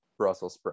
Brussels